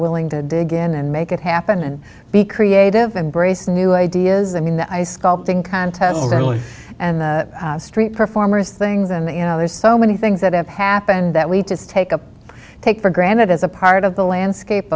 willing to dig in and make it happen and be creative embrace new ideas i mean that i sculpting contest early and street performers things and you know there's so many things that have happened that we just take a take for granted as a part of the landscape